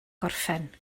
gorffen